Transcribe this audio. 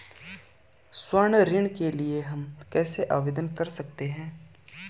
स्वर्ण ऋण के लिए हम कैसे आवेदन कर सकते हैं?